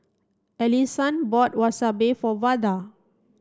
Elian bought Wasabi for Vada